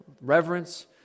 reverence